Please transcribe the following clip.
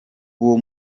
uwo